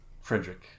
Frederick